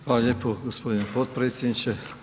Hvala lijepo gospodine potpredsjedniče.